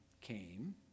came